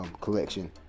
Collection